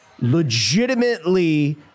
legitimately